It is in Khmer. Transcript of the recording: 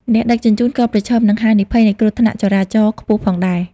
អ្នកដឹកជញ្ជូនក៏ប្រឈមនឹង ហានិភ័យនៃគ្រោះថ្នាក់ចរាចរណ៍ ខ្ពស់ផងដែរ។